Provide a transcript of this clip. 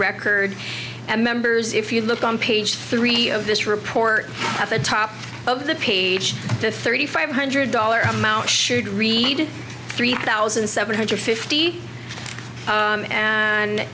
record and members if you look on page three of this report at the top of the page the thirty five hundred dollar amount should read three thousand seven hundred fifty